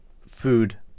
food